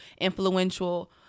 influential